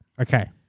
Okay